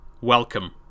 Welcome